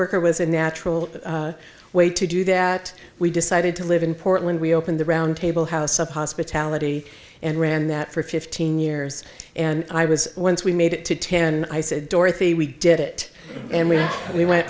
worker was a natural way to do that we decided to live in portland we opened the roundtable house of hospitality and ran that for fifteen years and i was once we made it to ten i said dorothy we did it and we we